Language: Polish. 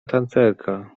tancerka